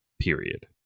period